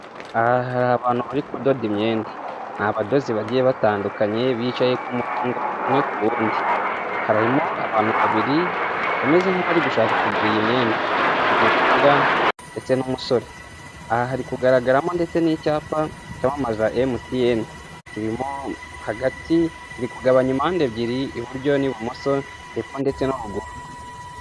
Aha hari abantu bari kudoda imyenda n 'abadozi bagiye batandukanye bicaye umwe ku wundi harimo abantu babiri bameze nk'abari gushaka kugura iyi myenda ni umukobwa ndetse n'umusore aha hari kugaragaramo ndetse n'icyapa cyamamaza emutiyene kirimo hagati kiri kugabanya impande ebyiri iburyo n'ibumoso hepfo ndetse no haruguru.